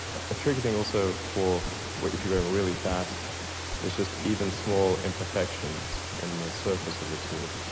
a tricky thing also for if you're going really fast is just even small imperfections in the surface of the tube,